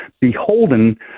beholden